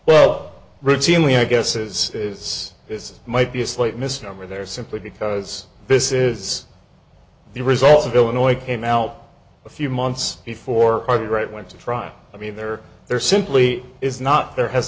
well routinely i guess is this might be a slight misnomer there simply because this is the result of illinois came out a few months before the right went to trial i mean there are there simply is not there has